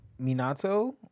Minato